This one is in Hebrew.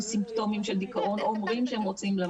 סימפטומים של דיכאון או אומרים שהם רוצים למות.